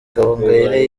gahongayire